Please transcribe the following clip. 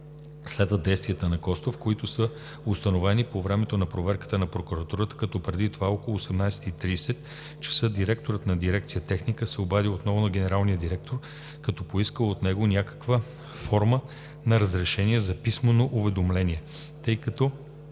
следват действията на Костов, които са установени по времето на проверката на прокуратурата, като преди това около 18,30 ч. директорът на дирекция „Техника“ се обадил отново на генералния директор, като поискал от него някаква форма на разрешение за писмено уведомление, тъй като